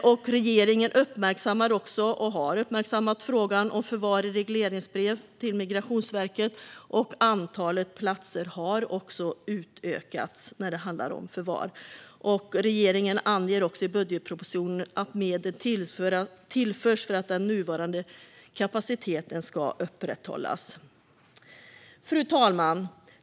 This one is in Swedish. Regeringen uppmärksammar - och har uppmärksammat - frågan om förvar i regleringsbrev till Migrationsverket. Antalet förvarsplatser har också utökats. Och regeringen anger i budgetpropositionen att medel tillförs för att den nuvarande kapaciteten ska upprätthållas. Fru talman!